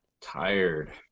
Tired